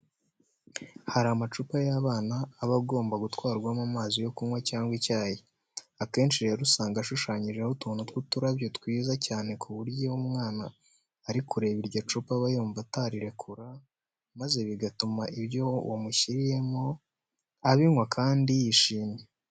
Hari amacupa y'abana aba agomba gutwarwamo amazi yo kunywa cyangwa icyayi. Akenshi rero usanga ashushanyijeho utuntu tw'uturabyo twiza cyane ku buryo iyo umwana ari kureba iryo cupa aba yumva atarirekura, maze bigatuma ibyo wamushyiriyemo abinywa kandi yishimye.